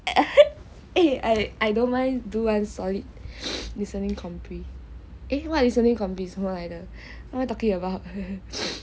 I I don't mind do [one] solid listening compre eh what listening compre 什么来的 what are we talking about